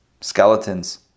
skeletons